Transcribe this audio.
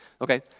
okay